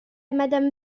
madame